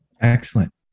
Excellent